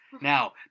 Now